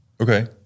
Okay